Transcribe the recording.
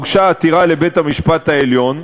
הוגשה עתירה לבית-המשפט העליון,